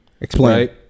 Explain